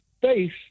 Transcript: face